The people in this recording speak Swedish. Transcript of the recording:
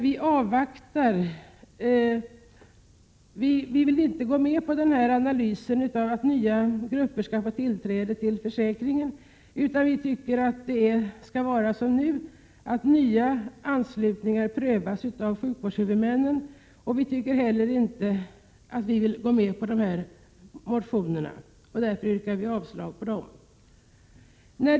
Vi vill inte gå med på en analys om vilka nya grupper som skall få tillträde till sjukförsäkringen, utan vi vill avvakta. Vi tycker att nuvarande förhållande skall gälla, att nya anslutningar prövas av sjukvårdshuvudmännen. Vi tycker således inte att motionerna om detta behöver tillstyrkas, varför jag yrkar avslag på desamma.